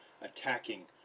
attacking